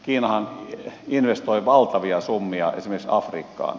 kiinahan investoi valtavia summia esimerkiksi afrikkaan